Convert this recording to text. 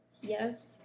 Yes